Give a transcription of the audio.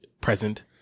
present